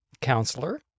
counselor